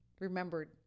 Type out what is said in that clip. remembered